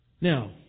Now